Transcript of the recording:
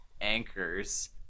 Anchors